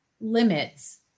limits